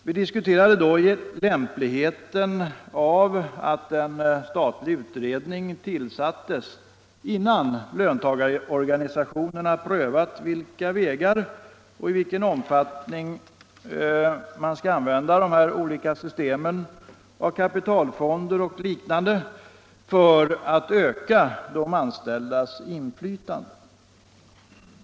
Vi diskuterade då lämpligheten av att en statlig utredning tillsattes innan löntagarorganisationerna prövat hur och i vilken omfattning man skall använda de här olika systemen av kapitalfonder och liknande för att öka de anställdas inflytande.